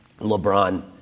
LeBron